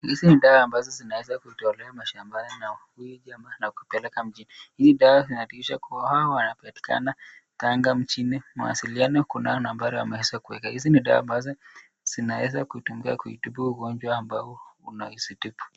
Hizi ni dawa ambazo zinaweza kutolewa mashambani na huyu jamaa na kupeleka mjini. Hizi dawa zinahakikisha kuwa hawa wanapatikana Tanga mjini mawasiliano kunao nambari wameweza kueka. Hizi ni dawa ambazo zinaweza kutumika kuitiba ugonjwa ambayo unaweza tibu .